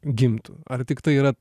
gimtų ar tik tai yra